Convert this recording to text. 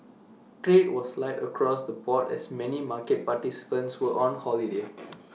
trade was light across the board as many market participants were on holiday